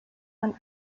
man